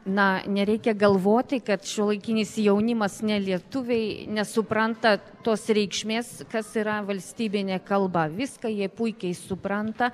na nereikia galvoti kad šiuolaikinis jaunimas ne lietuviai nesupranta tos reikšmės kas yra valstybinė kalba viską jie puikiai supranta